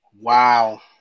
Wow